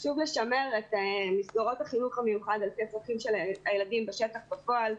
חשוב לשמר את מסגרות החינוך המיוחד על פי הצרכים של הילדים בשטח בפועל.